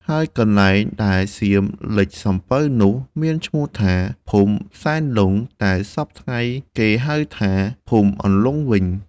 ហើយកន្លែងដែលសៀមលិចសំពៅនោះមានឈ្មោះថា ភូមិសែនលង់ តែសព្វថ្ងៃគេហៅថា ភូមិសន្លង់វិញ។